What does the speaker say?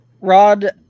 Rod